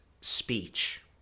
speech